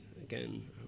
again